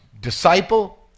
disciple